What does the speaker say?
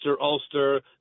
Ulster